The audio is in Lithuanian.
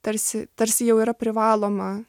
tarsi tarsi jau yra privaloma